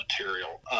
material